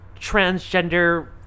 transgender